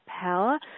power